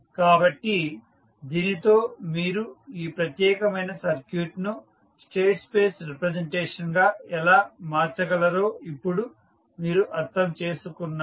కాబట్టి దీనితో మీరు ఈ ప్రత్యేకమైన సర్క్యూట్ను స్టేట్ స్పేస్ రిప్రజెంటేషన్ గా ఎలా మార్చగలరో ఇప్పుడు మీరు అర్థం చేసుకొన్నారు